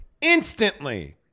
instantly